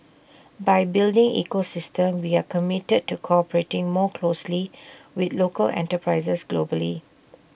by building ecosystem we are committed to cooperating more closely with local enterprises globally